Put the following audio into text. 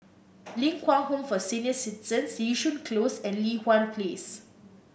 Ling Kwang Home for Senior Citizens Yishun Close and Li Hwan Place